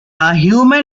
human